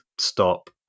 stop